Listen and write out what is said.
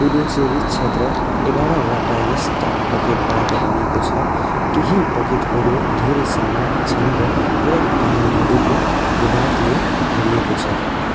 पुडुचेरी क्षेत्र एघारवटा यस्ता पकेटबाट बनेको छ केही पकेटहरू धेरै साना छन् र पूरै तमिलनाडुको भूभागले घेरिएको छ